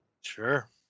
Sure